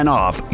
off